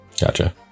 Gotcha